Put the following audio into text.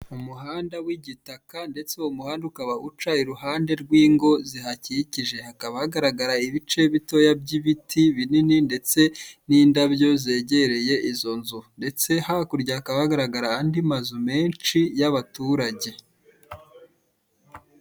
Umuhand w'igitaka ndetse uwo muhanda ukaba uca iruhande rw'ingo zihakikije hakaba hagaragara ibice bitoya y'ibiti binini ndetse n'indabyo zegereye izo nzu ndetse hakurya hakaba hagaragara andi mazu menshi y'abaturage.